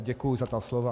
Děkuji za ta slova.